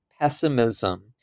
pessimism